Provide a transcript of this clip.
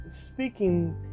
speaking